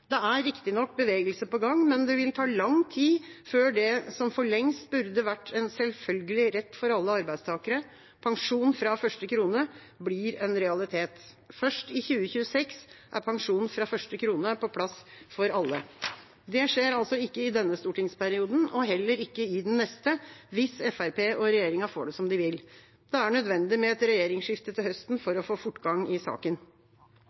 Det er riktignok bevegelse på gang, men det vil ta lang tid før det som for lengst burde ha vært en selvfølgelig rett for alle arbeidstakere, pensjon fra første krone, blir en realitet. Først i 2026 er pensjon fra første krone på plass for alle. Det skjer altså ikke i denne stortingsperioden, og heller ikke i den neste, hvis Fremskrittspartiet og regjeringa får det som de vil. Det er nødvendig med et regjeringsskifte til høsten for å få fortgang i saken.